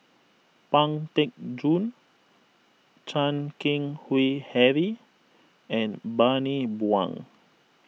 Pang Teck Joon Chan Keng Howe Harry and Bani Buang